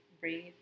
breathe